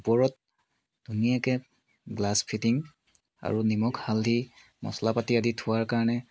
ওপৰত ধুনীয়াকৈ glass fitting আৰু নিমখ হালধি মছলা পাতি আদি থোৱাৰ কাৰণে